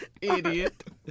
Idiot